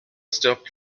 stop